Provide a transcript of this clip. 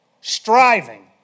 striving